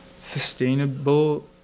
sustainable